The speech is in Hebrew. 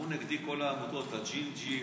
כשעתרו נגדי כל העמותות, הג'ינג'ים